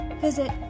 visit